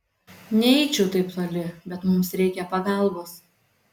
neeičiau taip toli bet mums reikia pagalbos